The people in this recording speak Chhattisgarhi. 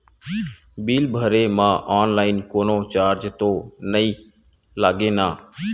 बिल भरे मा ऑनलाइन कोनो चार्ज तो नई लागे ना?